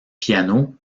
piano